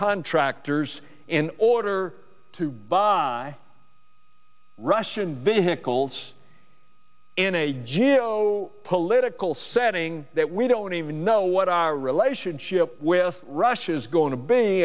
contractors in order to buy russian vehicles in a geo political setting that we don't even know what our relationship with russia is going to be